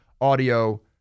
audio